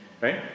right